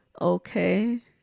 Okay